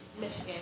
Michigan